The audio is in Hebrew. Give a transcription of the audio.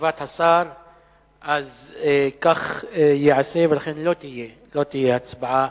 בתשובת השר, אז כך ייעשה, ולכן לא תהיה הצבעה